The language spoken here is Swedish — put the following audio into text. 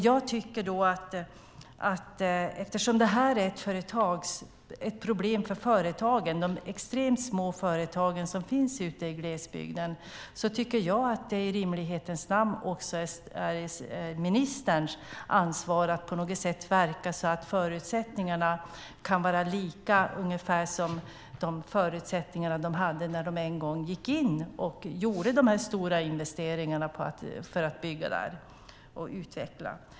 Jag tycker då, eftersom det här är ett problem för de extremt små företag som finns ute i glesbygden, att det i rimlighetens namn är ministerns ansvar att verka för att förutsättningarna kan vara någorlunda lika de förutsättningar som rådde när de en gång gjorde investeringar för att bygga och utveckla.